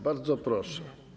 Bardzo proszę.